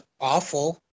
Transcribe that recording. awful